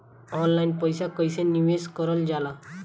Online पईसा कईसे निवेश करल जाला?